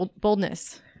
boldness